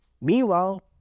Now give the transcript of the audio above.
Meanwhile